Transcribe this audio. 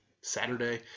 Saturday